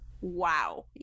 wow